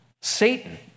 Satan